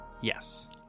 yes